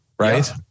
Right